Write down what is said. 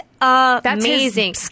amazing